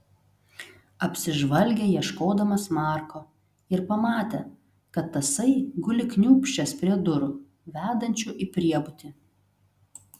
apsižvalgė ieškodamas marko ir pamatė kad tasai guli kniūbsčias prie durų vedančių į priebutį